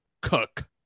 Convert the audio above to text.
cook